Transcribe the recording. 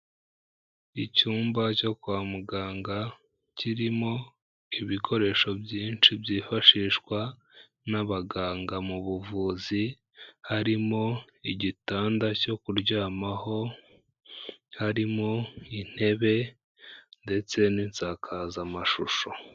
Icyumba cyo kwa muganga kirimo ibikoresho byinshi byifashishwa n'abaganga mu buvuzi, harimo igitanda cyo kuryamaho, haririmo intebe ndetse n'insakazamashusho.